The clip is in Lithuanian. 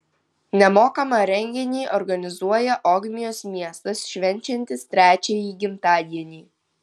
nemokamą renginį organizuoja ogmios miestas švenčiantis trečiąjį gimtadienį